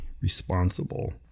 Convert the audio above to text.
responsible